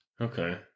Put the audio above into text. Okay